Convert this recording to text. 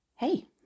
Hey